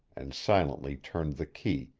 and silently turned the key,